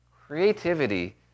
Creativity